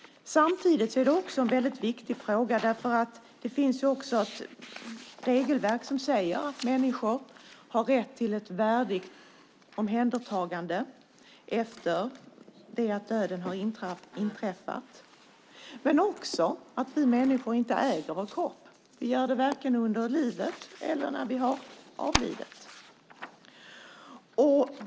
Frågan är viktig också för att det finns ett regelverk som säger att människor har rätt till ett värdigt omhändertagande efter det att döden har inträffat, samt för att vi människor inte äger vår kropp, varken medan vi är i livet eller efter det att vi avlidit.